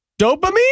Dopamine